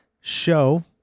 show